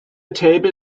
table